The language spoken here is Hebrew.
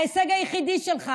ההישג היחיד שלך